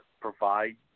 provide